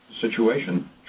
situation